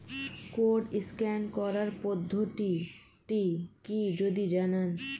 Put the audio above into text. Code scan করার পদ্ধতিটি কি যদি জানান?